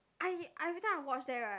I every time I watch that right